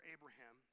Abraham